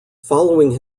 following